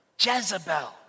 Jezebel